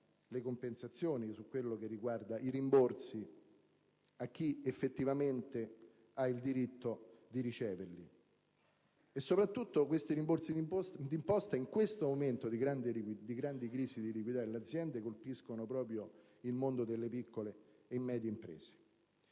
le compensazioni e i rimborsi a chi effettivamente ha il diritto di riceverli. Questi mancati rimborsi di imposta, in un momento di grande crisi di liquidità delle aziende, colpiscono proprio il mondo delle piccole e medie imprese.